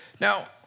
Now